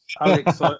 Alex